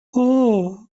اوه